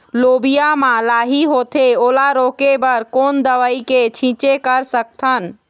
लोबिया मा लाही होथे ओला रोके बर कोन दवई के छीचें कर सकथन?